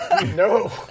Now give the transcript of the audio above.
No